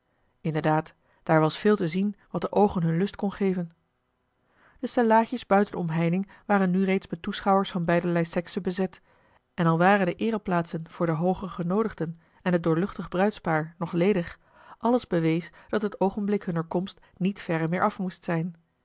inderdaad daar was veel te zien wat de oogen hun lust kon geven de stellaadjes buiten de omheining waren nu reeds met toeschouwers van beiderlei sekse bezet en al waren de eereplaatsen voor de hooge genoodigden en het doorluchtig bruidspaar nog ledig alles bewees dat het oogenblik hunner komst niet verre meer af moest zijn